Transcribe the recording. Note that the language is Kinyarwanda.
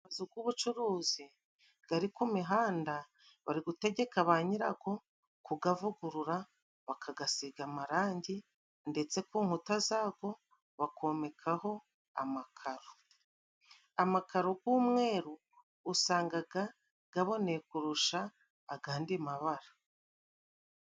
Agazu g'ubucuruzi gari ku mihanda bari gutegeka ba nyirako kugavugurura, bakagasiga amarangi ndetse ku nkuta zako bakomekaho amakaro. Amakaro g'umweru usangaga gaboneye kurusha agandi mabara.